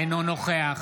אינו נוכח